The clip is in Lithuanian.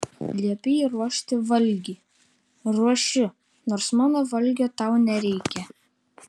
liepei ruošti valgį ruošiu nors mano valgio tau nereikia